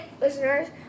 listeners